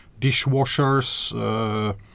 dishwashers